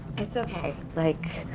it's okay. like,